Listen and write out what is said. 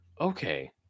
okay